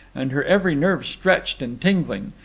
and her every nerve stretched and tingling.